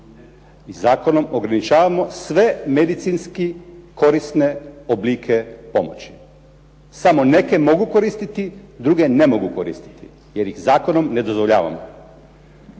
i zakonom ograničavamo sve medicinski korisne oblike pomoći. Samo neke mogu koristiti, duge ne mogu koristiti, jer ih zakonom ne dozvoljavamo.